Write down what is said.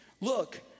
Look